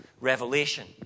Revelation